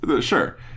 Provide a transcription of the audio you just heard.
Sure